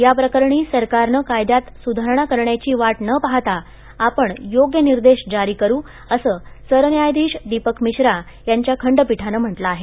या प्रकरणी सरकारनं कायद्यात सुधारणा करण्याची वाट न पाहता आपण योग्य निर्देश जारी करू असं सरन्यायाधीश दीपक मिश्रा यांच्या खंडपीठानं म्हटलं आहे